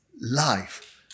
life